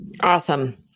Awesome